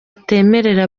atemera